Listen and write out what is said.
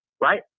right